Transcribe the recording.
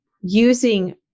using